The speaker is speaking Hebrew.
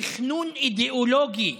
תכנון אידיאולוגי,